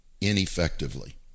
Ineffectively